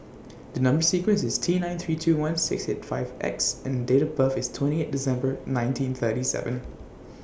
The Number sequence IS T nine three two one six eight five X and Date of birth IS twenty eight December nineteen thirty seven